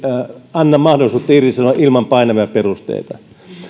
anna mahdollisuutta irtisanoa ilman painavia perusteita